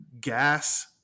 gas